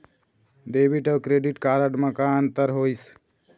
Debit अऊ credit card म का अंतर होइस?